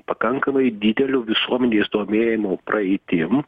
pakankamai dideliu visuomenės domėjimu praeitim